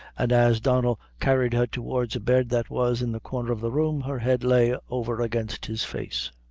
and, as donnel carried her towards a bed that was in the corner of the room, her head lay over against his face.